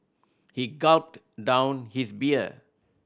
he gulped down his beer